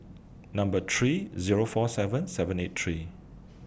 Number three Zero four seven seven eight three